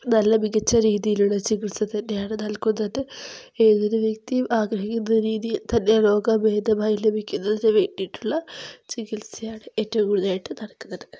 നല്ല മികച്ച രീതിയിലുള്ള ചികിത്സ തന്നെയാണ് നൽകുന്നത് ഏതൊരു വ്യക്തിയും ആഗ്രഹിക്കുന്ന രീതിയിൽ തന്നെ രോഗം ഭേദമായി ലഭിക്കുന്നതിന് വേണ്ടീട്ടുള്ള ചികിത്സയാണ് ഏറ്റവും കൂടുതലായിട്ട് നടക്കുന്നത്